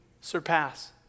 surpass